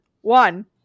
One